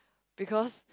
because